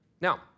Now